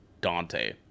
Dante